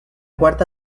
cuarta